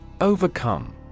Overcome